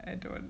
I don't want